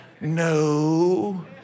No